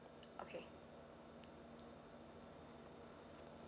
okay